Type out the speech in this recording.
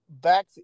Back